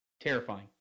terrifying